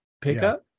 pickup